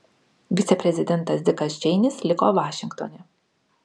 viceprezidentas dikas čeinis liko vašingtone